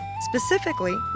Specifically